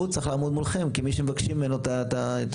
הוא צריך לעמוד מולכם כמי שמבקשים ממנו את הסבסוד,